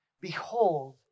behold